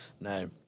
No